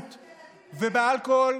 ובושה.